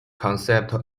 concept